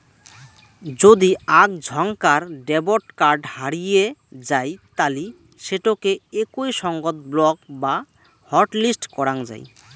যদি আক ঝন্কার ডেবট কার্ড হারিয়ে যাই তালি সেটোকে একই সঙ্গত ব্লক বা হটলিস্ট করাং যাই